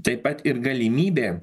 taip pat ir galimybė